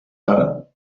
matter